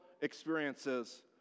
experiences